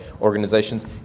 organizations